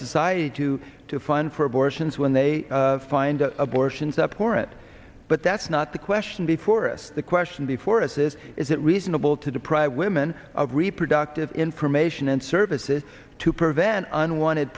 society to to fine for abortions when they find abortions up for it but that's not the question before us the question before us is is it reasonable to deprive women of reproductive information and services to prevent unwanted